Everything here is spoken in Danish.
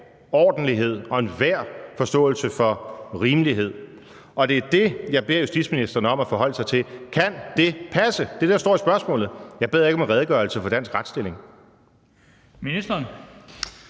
og enhver forståelse for rimelighed, og det er det, jeg beder justitsministeren om at forholde sig til. Kan det passe? Det er det, der står i spørgsmålet. Jeg bad ikke om en redegørelse for dansk retsstilling.